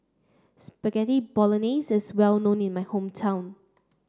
Spaghetti Bolognese is well known in my hometown